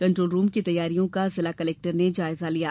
control room की तैयारियों का जिला कलेक्टर ने जायजा लिया